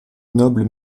noble